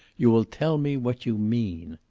you will tell me what you mean.